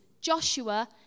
Joshua